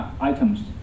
items